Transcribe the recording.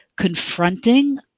confronting